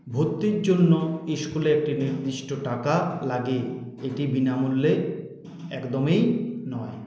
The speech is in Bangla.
ভর্তির জন্য স্কুলে একটি নির্দিষ্ট টাকা লাগে এটি বিনামূল্যে একদমই নয়